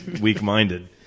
weak-minded